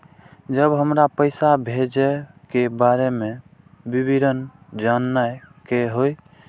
जब हमरा पैसा भेजय के बारे में विवरण जानय के होय?